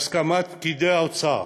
בהסכמת פקידי האוצר,